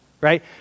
right